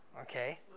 okay